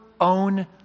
own